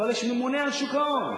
אבל יש ממונה על שוק ההון.